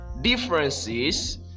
differences